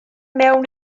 mewn